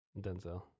Denzel